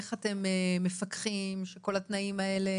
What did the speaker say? איך אתם מפקחים שכל התנאים האלה